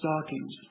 stockings